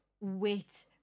wait